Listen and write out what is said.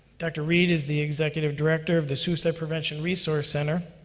dr. reed is the executive director of the suicide prevention resource center.